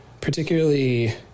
particularly